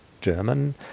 German